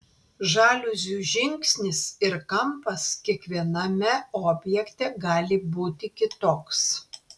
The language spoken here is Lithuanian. žaliuzių žingsnis ir kampas kiekviename objekte gali būti kitoks